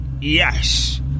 Yes